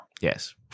Yes